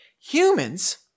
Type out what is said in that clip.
Humans